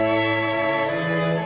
and